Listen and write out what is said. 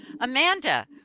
Amanda